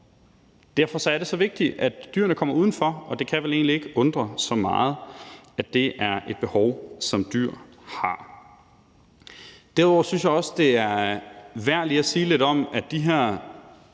Derfor er det så vigtigt, at dyrene kommer ud. Og det kan vel egentlig ikke undre så meget, at det er et behov, som dyr har. Derudover synes jeg også, det er værd lige at sige lidt om, at de